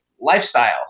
lifestyle